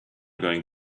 going